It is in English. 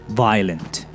violent